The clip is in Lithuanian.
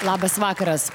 labas vakaras